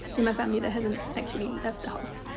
in my family that hasn't actually left the house.